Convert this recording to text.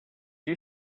you